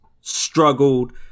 struggled